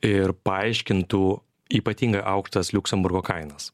ir paaiškintų ypatingai aukštas liuksemburgo kainas